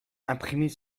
imprimés